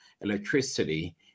electricity